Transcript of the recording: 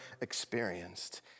experienced